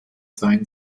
sein